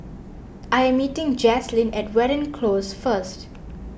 I am meeting Jaslene at Watten Close first